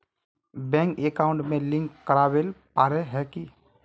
Bank account में link करावेल पारे है की?